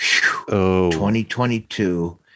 2022